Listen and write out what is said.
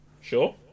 Sure